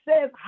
says